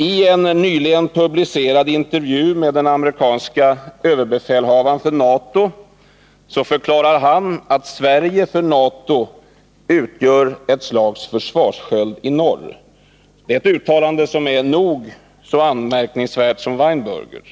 I en nyligen publicerad intervju med den amerikanske överbefälhavaren för NATO förklarar denne att Sverige för NATO utgör ett slags försvarssköld i norr — ett uttalande som är nog så anmärkningsvärt som Weinbergers.